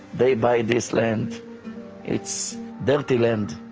they buy this land it's filthy land.